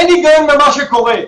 אין היגיון במה שקורה.